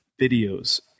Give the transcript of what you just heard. videos